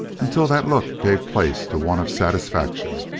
until that look gave place to one of satisfaction.